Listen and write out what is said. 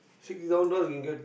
sixty thousand dollars can get